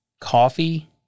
Coffee